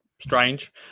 Strange